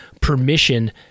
permission